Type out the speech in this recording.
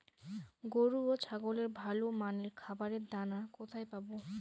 গরু ও ছাগলের ভালো মানের খাবারের দানা কোথায় পাবো?